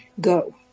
go